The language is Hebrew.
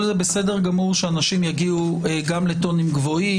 בסדר שאנשים יגיעו גם לטונים גבוהים.